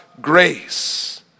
grace